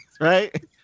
right